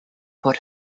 por